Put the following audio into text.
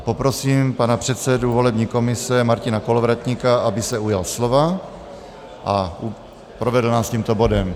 Poprosím pana předsedu volební komise Martina Kolovratníka, aby se ujal slova a provedl nás tímto bodem.